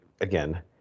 again